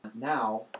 Now